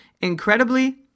Incredibly